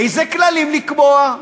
איזה כללים לקבוע.